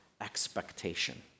expectation